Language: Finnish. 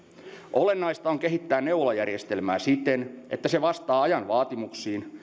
olennaista on kehittää neuvolajärjestelmää siten että se vastaa ajan vaatimuksiin